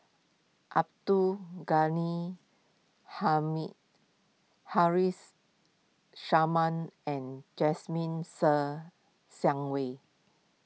Abdul Ghani Hamid Harris Sharma and Jasmine Ser Xiang Wei